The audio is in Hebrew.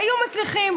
היו מצליחים,